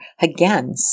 again